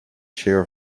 share